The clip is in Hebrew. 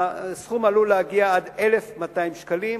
הסכום עלול להגיע עד 1,200 שקלים.